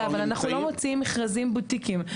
אבל אנחנו לא מוציאים מכרזים בוטיקיים,